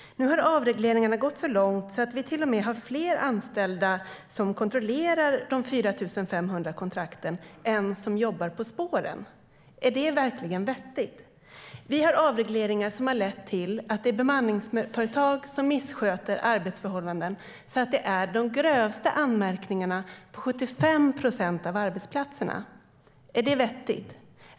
Nu har avregleringarna gått så långt att vi har fler anställda som kontrollerar de 4 500 kontrakten än anställda som jobbar på spåren. Är det verkligen vettigt? Vi har avregleringar som lett till att bemanningsföretag missköter arbetsförhållandena så att 75 procent av de grövsta anmärkningarna finns på de arbetsplatserna. Är det vettigt?